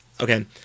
okay